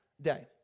day